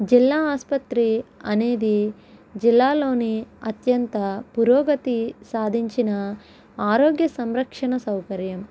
జిల్లా ఆసుపత్రి అనేది జిల్లాలోని అత్యంత పురోగతి సాధించిన ఆరోగ్య సంరక్షణ సౌకర్యం